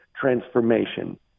transformation